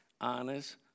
honest